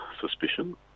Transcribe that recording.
suspicion